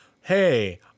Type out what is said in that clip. Hey